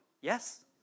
Yes